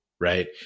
right